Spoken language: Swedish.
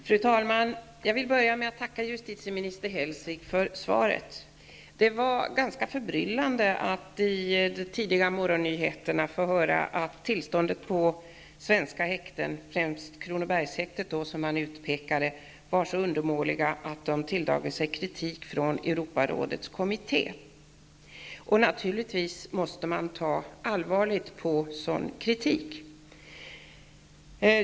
Fru talman! Jag vill börja med att tacka justitieminister Hellsvik för svaret. Det var ganska förbryllande att i de tidiga morgonnyheterna få höra att tillståndet på svenska häkten, det var främst Kronobergshäktet som utpekades, var så undermåligt att det tilldragit sig kritik från Europarådets kommitté. Man måste naturligtvis se allvarligt på sådan kritik.